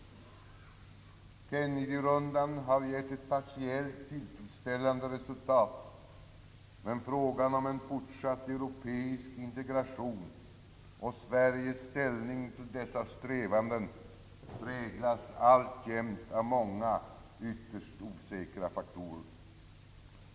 Kennedyrundan har gett ett partiellt tillfredsställande resultat, men frågan om en fortsatt europeisk integration och Sveriges ställning till dessa strävanden präglas alltjämt av många ytterst osäkra faktorer.